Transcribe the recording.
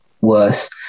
worse